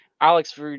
Alex